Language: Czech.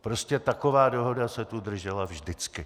Prostě taková dohoda se tu držela vždycky.